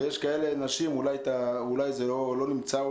ויש נשים אולי זה לא נמצא,